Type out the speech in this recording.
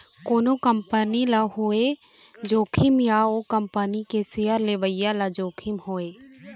कोनो कंपनी ल होवय जोखिम या ओ कंपनी के सेयर लेवइया ल जोखिम होवय